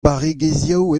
barregezhioù